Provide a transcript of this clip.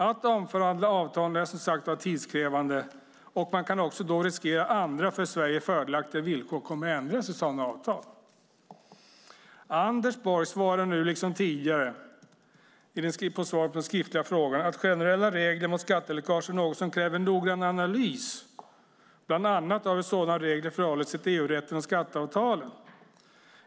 Att omförhandla avtal är som sagt tidskrävande, och man kan då också riskera att andra för Sverige fördelaktiga villkor kommer att ändras i sådana avtal. Anders Borg svarar nu, liksom tidigare i svaret på den skriftliga frågan, att generella regler mot skatteläckage är något som kräver en noggrann analys, bland annat av hur sådana regler förhåller sig till EU-rätten och skatteavtalen.